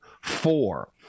four